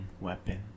weapon